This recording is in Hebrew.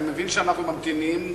אני מבין שאנחנו ממתינים,